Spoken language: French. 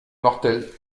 mortel